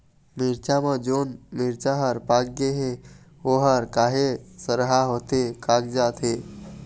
मिरचा म जोन मिरचा हर पाक गे हे ओहर काहे सरहा होथे कागजात हे?